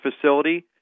facility